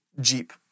Jeep